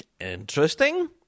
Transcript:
interesting